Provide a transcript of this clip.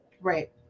Right